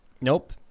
Nope